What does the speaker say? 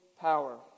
power